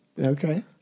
Okay